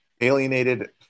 alienated